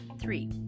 three